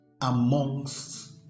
amongst